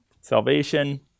Salvation